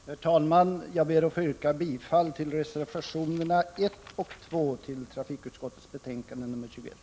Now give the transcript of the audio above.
Herr talman! Jag ber att få yrka bifall till reservationerna 1 och 2 till trafikutskottets betänkande nr 21.